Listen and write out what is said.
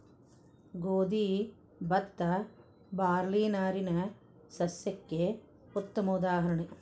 ಗೋದಿ ಬತ್ತಾ ಬಾರ್ಲಿ ನಾರಿನ ಸಸ್ಯಕ್ಕೆ ಉತ್ತಮ ಉದಾಹರಣೆ